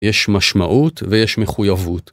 יש משמעות ויש מחויבות.